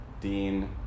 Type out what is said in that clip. Dean